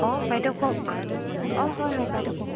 অঁ বাইদেউ কওক অঁ হয় হয় বাইদেউ কওক